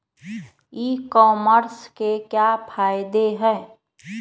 E commerce के क्या फायदे हैं?